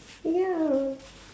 ya